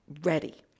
ready